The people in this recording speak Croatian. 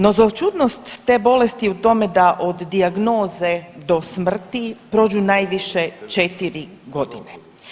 No zloćudnost je te bolesti je u tome da od dijagnoze do smrti prođu najviše četiri godine.